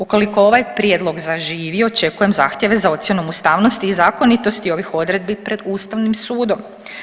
Ukoliko ovaj prijedlog zaživi očekujem zahtjeve za ocjenom ustavnosti i zakonitosti ovih odredbi pred ustavnim sudom.